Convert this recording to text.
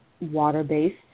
water-based